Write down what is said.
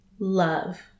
love